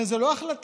הרי זו לא החלטה,